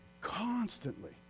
constantly